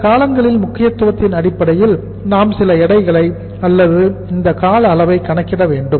இந்த காலங்களின் முக்கியத்துவத்தின் அடிப்படையில் நாம் சில எடைகளை அல்லது இந்த கால அளவை கணக்கிட வேண்டும்